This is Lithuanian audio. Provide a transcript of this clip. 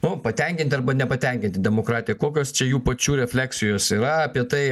nu patenkinti arba nepatenkinti demokratija kokios čia jų pačių refleksijos yra apie tai